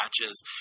matches